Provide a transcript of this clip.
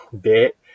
bit